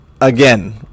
again